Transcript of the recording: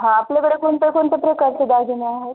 हां आपल्याकडे कोणत्या कोणत्या प्रकारचे दागिने आहेत